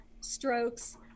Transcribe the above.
strokes